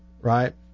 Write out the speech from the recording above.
right